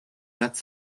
რაც